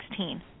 2016